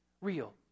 real